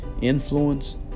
influence